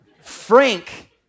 Frank